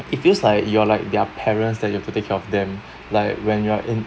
it feels like you're like their parents that you have to take care of them like when you are in